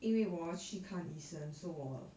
因为我要去看医生 so 我